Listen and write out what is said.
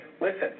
listen